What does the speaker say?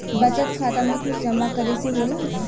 बचत खाता मे कुछ जमा करे से होला?